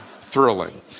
thrilling